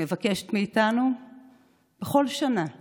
מבקשת מאיתנו בכל שנה להגיע,